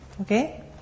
Okay